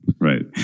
Right